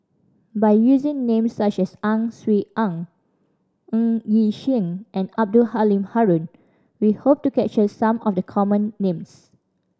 by using names such as Ang Swee Aun Ng Yi Sheng and Abdul Halim Haron we hope to capture some of the common names